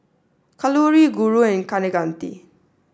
kalluri Guru and Kaneganti